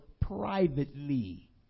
privately